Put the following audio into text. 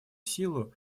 силу